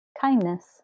kindness